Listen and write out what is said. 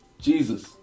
Jesus